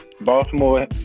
Baltimore